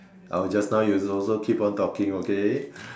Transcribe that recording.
just now you also keep on talking okay